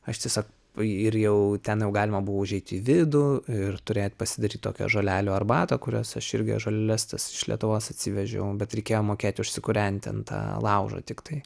aš tiesiog i ir jau ten galima buvo užeit į vidų ir turėt pasidaryt tokią žolelių arbatą kurias aš irgi tas žoleles tas iš lietuvos atsivežiau bet reikėjo mokėti užsikūrent ten tą laužą tiktai